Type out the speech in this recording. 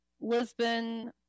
lisbon